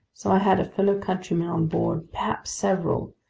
so i had a fellow countryman on board, perhaps several!